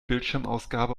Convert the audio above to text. bildschirmausgabe